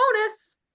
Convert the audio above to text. bonus